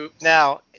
now